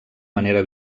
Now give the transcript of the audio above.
manera